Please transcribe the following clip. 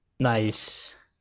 Nice